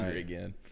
again